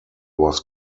was